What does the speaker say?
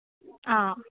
ꯑꯥ